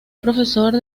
profesor